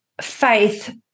faith